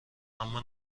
اما